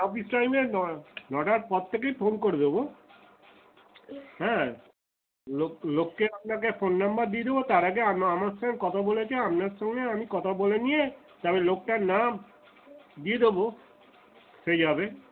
office টাইমে ন নটার পর থেকেই ফোন করে দেবো হ্যাঁ লোক লোককে আপনাকে ফোন নম্বর দিয়ে দেবো তার আগে আমার সঙ্গে কথা বলেছে আপনার সঙ্গে আমি কথা বলে নিয়ে তারপর লোকটার নাম দিয়ে দেবো সেইভাবে